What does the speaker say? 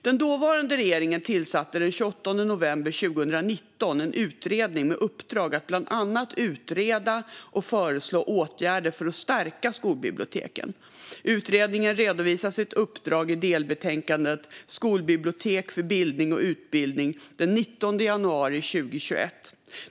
Den dåvarande regeringen tillsatte den 28 november 2019 en utredning med uppdrag att bland annat utreda och föreslå åtgärder för att stärka skolbiblioteken. Utredningen redovisade sitt uppdrag i delbetänkandet Skolbibliotek för bildning och utbildning den 19 januari 2021.